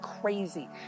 crazy